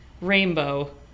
rainbow